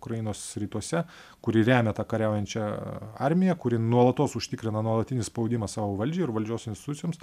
ukrainos rytuose kuri remia tą kariaujančią armiją kuri nuolatos užtikrina nuolatinį spaudimą savo valdžiai ir valdžios institucijoms